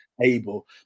able